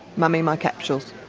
mummy my capsules.